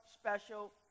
special